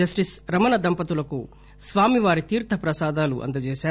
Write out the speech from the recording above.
justice Ramana దంపతులకు స్వామివారి తీర్ణ ప్రసాదాలు అందజేశారు